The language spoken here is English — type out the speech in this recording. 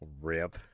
Rip